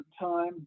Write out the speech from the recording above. time